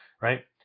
right